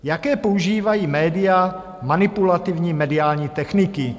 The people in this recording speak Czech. Jaké používají média manipulativní mediální techniky?